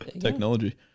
Technology